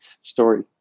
story